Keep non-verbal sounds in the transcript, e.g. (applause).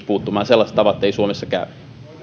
(unintelligible) puuttumaan sellaiset tavat eivät suomessa käy